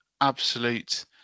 absolute